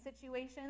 situations